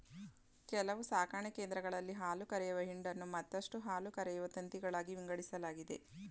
ಕೆಲವು ಸಾಕಣೆ ಕೇಂದ್ರಗಳಲ್ಲಿ ಹಾಲುಕರೆಯುವ ಹಿಂಡನ್ನು ಮತ್ತಷ್ಟು ಹಾಲುಕರೆಯುವ ತಂತಿಗಳಾಗಿ ವಿಂಗಡಿಸಲಾಗಿದೆ